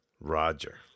Roger